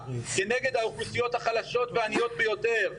כנגד האוכלוסיות החלשות והעניות ביותר,